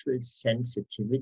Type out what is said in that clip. sensitivity